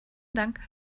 dank